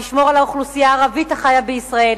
נשמור על האוכלוסייה הערבית החיה בישראל,